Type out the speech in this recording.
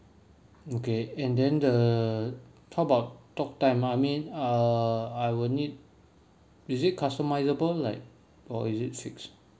okay and then uh how about talk time I mean uh I will need is it customizable like or is it fixed